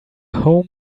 home